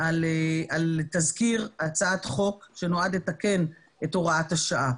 על תזכיר הצעת חוק שנועד לתקן את הוראת השעה.